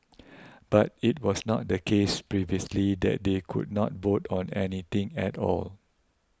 but it was not the case previously that they could not vote on anything at all